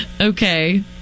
Okay